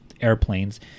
airplanes